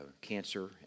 cancer